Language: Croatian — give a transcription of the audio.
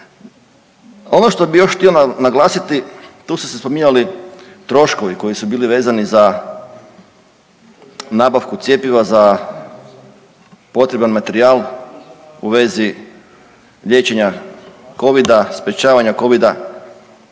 Ono što bih još htio naglasiti, tu su se spominjali troškovi koji su bili vezani za nabavku cjepiva za potreban materijal u vezi liječenja covida, sprečavanje covida,